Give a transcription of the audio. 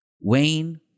Wayne